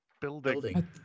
building